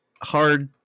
hard